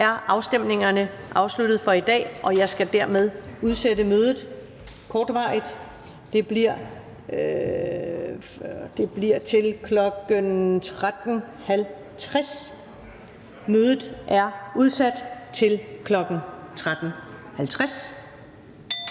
er afstemningerne afsluttet for i dag, og jeg skal dermed udsætte mødet kortvarigt til kl. 13.50. Mødet er udsat. (Kl. 13:37).